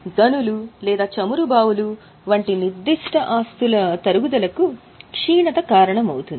గనులు లేదా చమురు బావులు వంటి నిర్దిష్ట ఆస్తుల తరుగుదలకు క్షీణత కారణం అవుతుంది